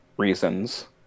Reasons